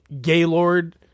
Gaylord